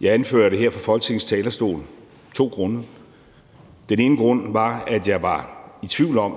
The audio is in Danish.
jeg anførte her fra Folketingets talerstol to grunde. Den ene grund var, at jeg var i tvivl om,